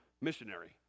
missionary